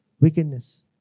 wickedness